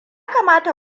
kamata